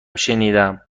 شنیدم